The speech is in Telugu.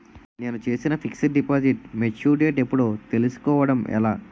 నేను చేసిన ఫిక్సడ్ డిపాజిట్ మెచ్యూర్ డేట్ ఎప్పుడో తెల్సుకోవడం ఎలా?